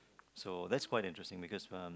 so that's quite interesting because um